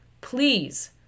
Please